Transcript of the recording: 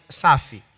safi